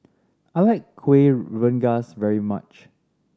I like Kuih Rengas very much